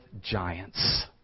giants